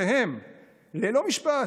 וממשפחותיהם ללא משפט,